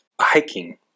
hiking